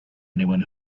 anyone